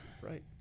Right